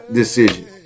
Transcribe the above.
decision